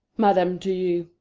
madam, do you,